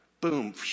Boom